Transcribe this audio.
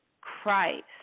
Christ